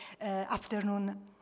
afternoon